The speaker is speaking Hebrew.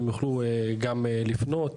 שהם יוכלו גם לפנות.